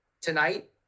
Tonight